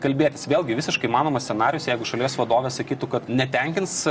kalbėtis vėlgi visiškai įmanomas scenarijus jeigu šalies vadovė sakytų kad netenkins